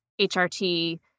HRT